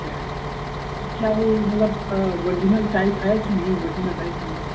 क्या है मतलब वर्जिनल टाइप हैं कि नहीं वर्जिनल टाइप हमको